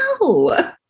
No